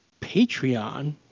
Patreon